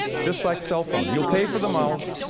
just like cellphones. you'll pay for the miles.